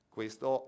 Questo